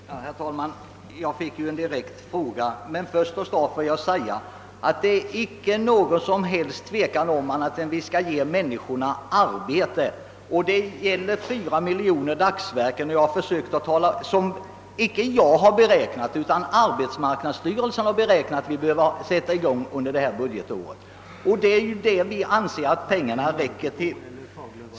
Herr talman! Jag fick ju en direkt fråga. Först vill jag emellertid säga ati det inte är något som helst tvivel om att vi skall ge människorna arbete. Det gäller 4 miljoner dagsverken, som icke jag utan arbetsmarknadsstyrelsen har beräknat att vi behöver sätta i gång under detta budgetår. Det anser vi att pengarna räcker till.